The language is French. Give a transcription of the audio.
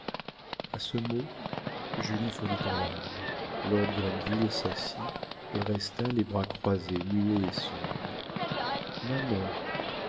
ce mot julie fondit en larmes lord grenville s'assit et resta les bras croisés muet et sombre maman